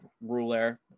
ruler